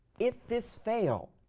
if this fail,